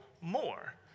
more